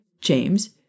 James